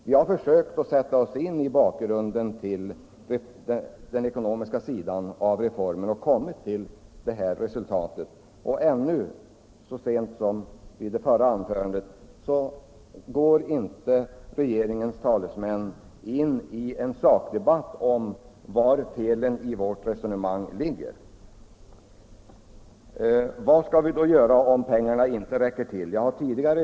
Vi har försökt att sätta oss in i den ekonomiska sidan av reformen och kommit fram till detta resultat. Ännu så sent som i det 'senaste anförandet gick regeringens talesman inte in i en sakdebatt om var eventuella fel i vårt resonemang ligger. Jag har tidigare i dag svarat på frågan vad vi skall göra om pengarna inte räcker till. Jag skall.